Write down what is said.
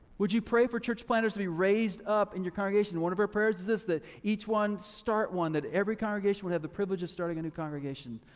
would you pray for church planters to be raised up in your congregation. one of our prayers is this that each one start one that every congregation would have the privilege of starting a new congregation,